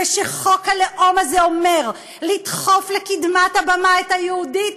ושחוק הלאום הזה אומר לדחוף לקדמת הבמה את ה"יהודית"